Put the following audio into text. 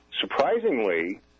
surprisingly